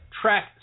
track